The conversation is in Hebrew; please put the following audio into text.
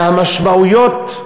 והמשמעויות.